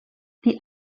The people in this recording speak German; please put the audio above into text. die